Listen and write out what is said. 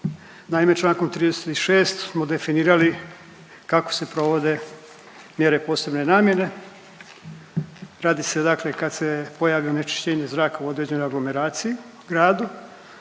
Naime čl. 36 smo definirali kako se provode mjere posebne namjene, radi se dakle kad se pojavi onečišćenje zraka u određenoj aglomeraciji, gradu